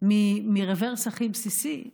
מרוורס הכי בסיסי,